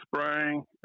spraying